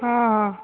ହଁ ହଁ